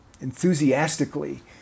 enthusiastically